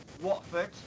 Watford